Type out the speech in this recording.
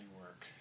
work